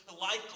likely